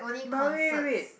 but wait wait wait